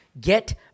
Get